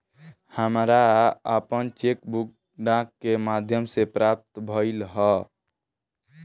हमरा आपन cheque book डाक के माध्यम से प्राप्त भइल ह